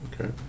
Okay